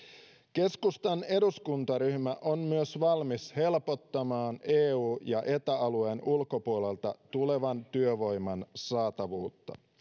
keskustan eduskuntaryhmä on myös valmis helpottamaan eu ja eta alueen ulkopuolelta tulevan työvoiman saatavuutta